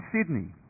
Sydney